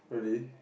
really